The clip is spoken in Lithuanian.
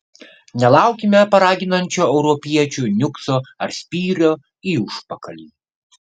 nelaukime paraginančio europiečių niukso ar spyrio į užpakalį